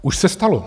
Už se stalo.